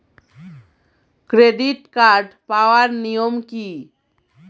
Credit card পাওয়ার নিয়ম কী?